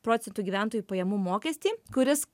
procentų gyventojų pajamų mokestį kuris